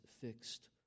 fixed